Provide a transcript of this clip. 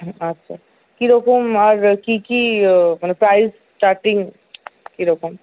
আচ্ছা কিরকম আর কি কি মানে প্রাইস স্টার্টিং কিরকম